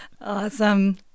Awesome